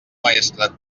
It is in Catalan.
maestrat